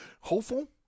hopeful